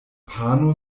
pano